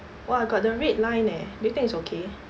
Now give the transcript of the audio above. !wah! got the red line eh do you think it's okay